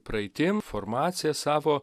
praeitim formacija savo